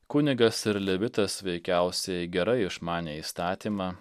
kunigas ir levitas veikiausiai gerai išmanė įstatymą